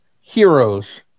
heroes